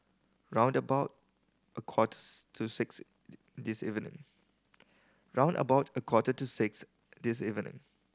round about a quarters to six this evening